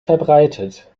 verbreitet